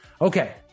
Okay